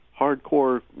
hardcore